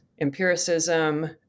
empiricism